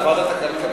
לוועדת הכלכלה.